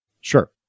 Sure